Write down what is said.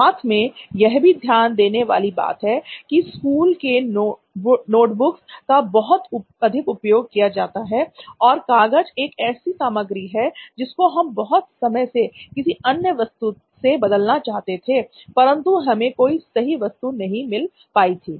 साथ में यह भी ध्यान देने वाली बात है की स्कूल में नोटबुक्स का बहुत अधिक प्रयोग किया जाता है और कागज एक ऐसी सामग्री है जिसको हम बहुत समय से किसी अन्य वस्तु से बदलना चाहते थे परंतु हमें कोई सही वस्तु नहीं मिल पायी थी